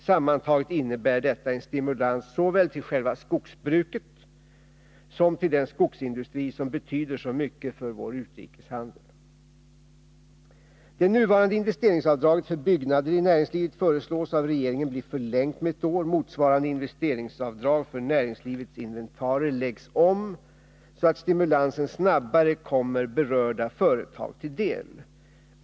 Sammantaget innebär detta en stimulans såväl till själva skogsbruket som till den skogsindustri som betyder så mycket för vår utrikeshandel. Det nuvarande investeringsavdraget för byggnader i näringslivet föreslås av regeringen bli förlängt med ett år. Motsvarande investeringsavdrag för näringslivets inventarier läggs om så att stimulansen snabbare kommer berörda företag till del.